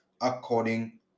according